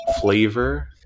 flavor